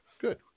good